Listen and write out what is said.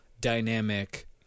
dynamic